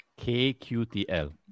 KQTL